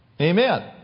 Amen